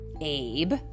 Abe